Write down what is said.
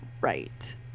right